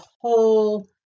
whole